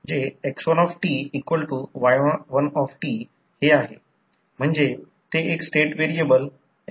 तर R1 आणि X1 ही प्रायमरी साईडचे रेजिस्टन्स आणि रिअॅक्टॅन्स आहे आणि हे खरं आहे की आपण यालाच Ic आणि Im म्हणजे प्रायमरी साईड आहे ज्याला आपण अल्टरनेटिंग सप्लाय देत आहोत